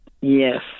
yes